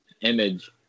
image